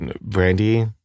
Brandy